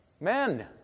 men